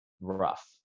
rough